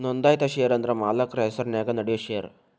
ನೋಂದಾಯಿತ ಷೇರ ಅಂದ್ರ ಮಾಲಕ್ರ ಹೆಸರ್ನ್ಯಾಗ ನೇಡೋ ಷೇರ